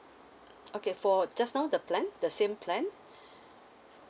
okay for just now the plan the same plan